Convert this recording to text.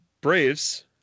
Braves